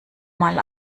mal